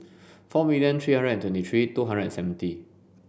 four million three hundred and twenty three two hundred and seventy